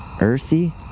earthy